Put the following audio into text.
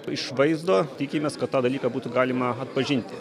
iš vaizdo tikimės kad tą dalyką būtų galima atpažinti